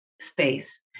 space